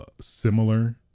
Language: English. similar